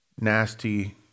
nasty